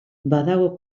badago